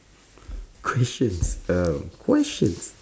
question um questions